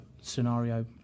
scenario